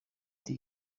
uti